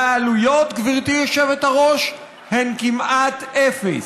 והעלויות, גברתי היושבת-ראש, הן כמעט אפס,